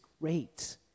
great